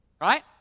right